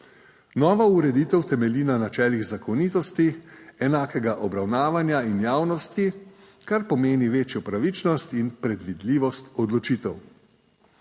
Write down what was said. Nova ureditev temelji na načelih zakonitosti, enakega obravnavanja in javnosti, kar pomeni večjo pravičnost in predvidljivost odločitev.